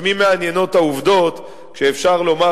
את מי מעניינות העובדות כשאפשר לומר